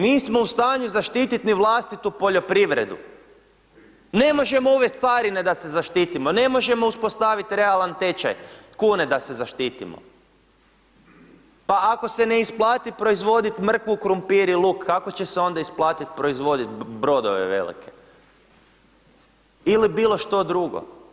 Nismo u stanju zaštitit ni vlastitu poljoprivredu, ne možemo uvest carine da se zaštitimo, ne možemo uspostavit realan tečaj kune da se zaštitimo, pa ako se ne isplatit proizvodit mrkvu, krumpir i luk, kako će se onda isplatit proizvodit brodove velike ili bilo što drugo.